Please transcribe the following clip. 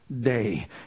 day